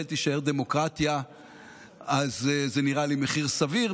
תישאר דמוקרטיה אז זה נראה לי מחיר סביר.